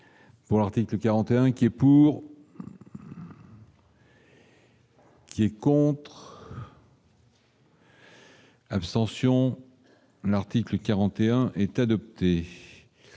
pour l'article 41 qui est pour. C'est con. Abstention : l'article 41 est adopté.